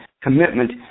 commitment